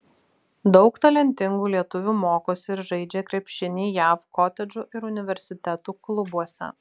daug talentingų lietuvių mokosi ir žaidžia krepšinį jav kotedžų ir universitetų klubuose